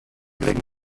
blick